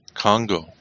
Congo